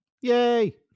Yay